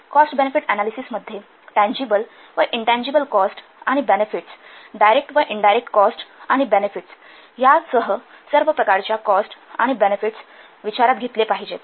cost benefit analysis मध्ये tangible व intangible cost आणि बेनेफिट्स डायरेक्ट व इनडायरेक्ट कॉस्ट आणि बेनेफिट्स सह सर्व प्रकारच्या कॉस्ट आणि बेनेफिट्स विचारात घेतले पाहिजेत